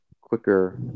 quicker